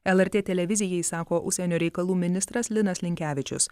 lrt televizijai sako užsienio reikalų ministras linas linkevičius